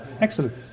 Excellent